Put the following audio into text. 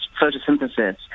photosynthesis